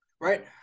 Right